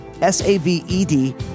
S-A-V-E-D